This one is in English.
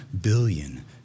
billion